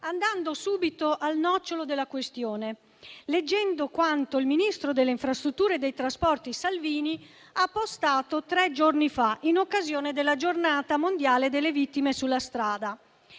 andando subito al nocciolo della questione e leggendo quanto il ministro delle infrastrutture e dei trasporti Salvini ha postato tre giorni fa, in occasione della Giornata mondiale delle vittime sulla strada.